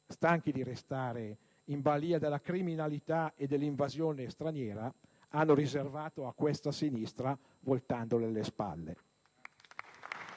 stanchi di restare in balia della criminalità e dell'invasione straniera, hanno riservato a questa sinistra, voltandole le spalle.